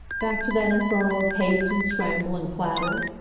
back to that inferno of haste and scramble and clatter?